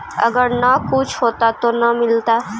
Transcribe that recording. अगर न कुछ होता तो न मिलता?